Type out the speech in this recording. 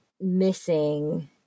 missing